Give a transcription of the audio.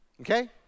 okay